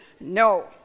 no